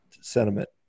sentiment